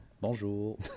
Bonjour